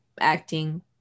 acting